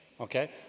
okay